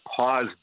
pause